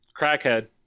crackhead